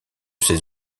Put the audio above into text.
ces